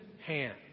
hand